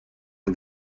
دهم